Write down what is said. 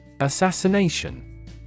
Assassination